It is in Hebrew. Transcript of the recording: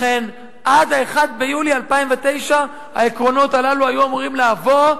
לכן עד 1 ביולי 2009 העקרונות הללו היו אמורים לעבור,